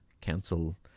cancel